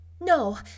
No